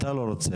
אתה לא רוצה.